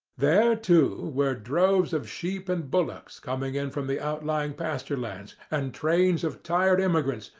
there, too, were droves of sheep and bullocks coming in from the outlying pasture lands, and trains of tired immigrants,